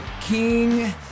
King